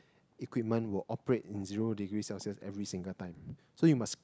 equipment will operate in zero degree Celsius every single time so you must